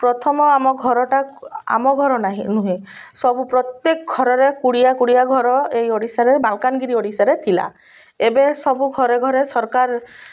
ପ୍ରଥମ ଆମ ଘରଟା ଆମ ଘର ନାହିଁ ନୁହେଁ ସବୁ ପ୍ରତ୍ୟେକ ଘରରେ କୁଡ଼ିଆ କୁଡ଼ିଆ ଘର ଏଇ ଓଡ଼ିଶାରେ ମାଲକାନଗିରି ଓଡ଼ିଶାରେ ଥିଲା ଏବେ ସବୁ ଘରେ ଘରେ ସରକାର